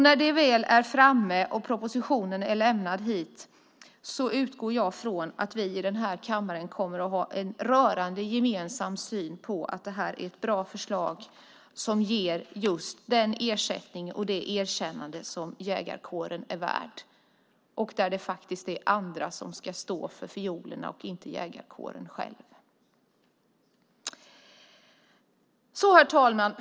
När det väl är framme och propositionen är framlagd här utgår jag från att vi i denna kammare kommer att ha en rörande gemensam syn på att detta är ett bra förslag som ger just den ersättning och det erkännande som jägarkåren är värd och att det faktiskt är andra som ska stå för fiolerna och inte jägarkåren själv. Herr talman!